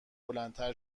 بلندتر